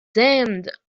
damned